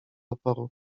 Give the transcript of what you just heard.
oporu